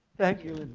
thank you